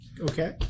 Okay